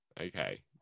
Okay